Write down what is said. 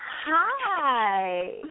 Hi